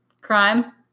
Crime